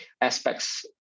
aspects